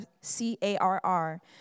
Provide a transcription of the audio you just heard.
C-A-R-R